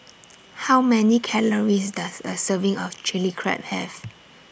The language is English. How Many Calories Does A Serving of Chili Crab Have